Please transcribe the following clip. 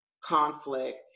conflict